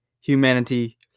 humanity